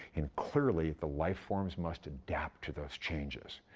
and clearly, the life forms must adapt to those changes.